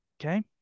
Okay